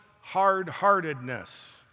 hard-heartedness